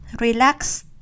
relax